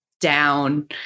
down